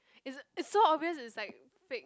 it's a it's so obvious it's like fake